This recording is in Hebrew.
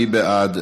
מי בעד?